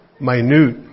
minute